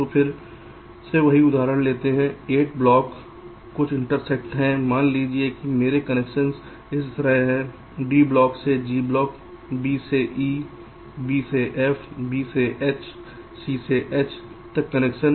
तो फिर से वही उदाहरण 8 ब्लॉक कुछ इंटरकनेक्ट हैं मान लीजिए कि मेरे कनेक्शन इस तरह हैं D ब्लॉक से G ब्लॉक B से E B से F B से H C से H तक कनेक्शन है